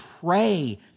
pray